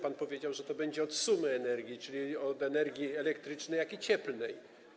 Pan powiedział, że to będzie liczone od sumy energii, czyli od energii elektrycznej, jak i cieplnej.